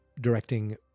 directing